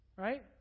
Right